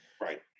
right